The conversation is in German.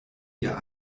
ihr